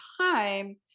time